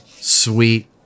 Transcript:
sweet